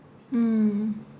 hmm